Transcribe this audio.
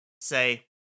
say